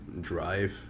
Drive